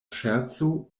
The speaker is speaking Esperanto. ŝerco